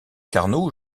carnot